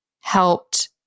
helped